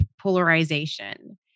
polarization